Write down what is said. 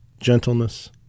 gentleness